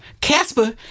Casper